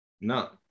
No